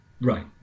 Right